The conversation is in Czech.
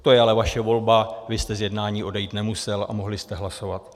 To je ale vaše volba, vy jste z jednání odejít nemusel a mohli jste hlasovat.